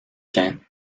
zijn